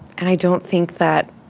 and i don't think that